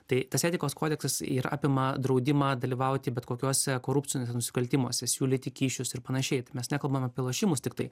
tai tas etikos kodeksas ir apima draudimą dalyvauti bet kokiuose korupciniuose nusikaltimuose siūlyti kyšius ir panašiai tai mes nekalbam apie lošimus tiktai